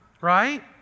Right